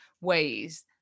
ways